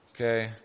Okay